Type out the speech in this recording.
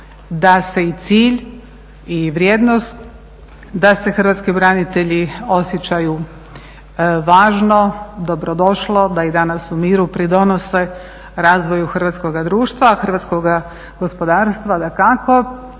da se i cilj i vrijednost da se hrvatski branitelji osjećaju važno, dobrodošlo, da i danas u miru pridonose razvoju hrvatskoga društva, hrvatskoga gospodarstva dakako